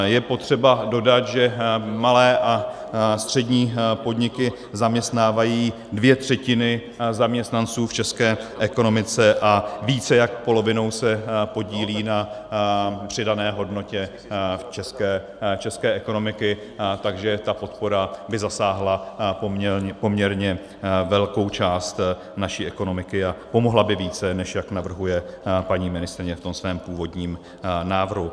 Je potřeba dodat, že malé a střední podniky zaměstnávají dvě třetiny zaměstnanců v české ekonomice a více jak polovinou se podílejí na přidané hodnotě české ekonomiky, takže ta podpora by zasáhla poměrně velkou část naší ekonomiky a pomohla by více, než jak navrhuje paní ministryně ve svém původním návrhu.